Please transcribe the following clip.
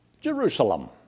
Jerusalem